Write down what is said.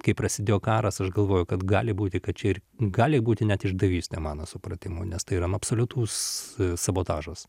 kai prasidėjo karas aš galvojau kad gali būti kad čia gali būti net išdavystė mano supratimu nes tai yra nu absoliutus sabotažas